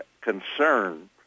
concern